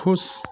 खुश